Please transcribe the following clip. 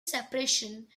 separation